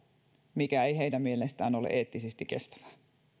mikä ei heidän mielestään ole eettisesti kestävää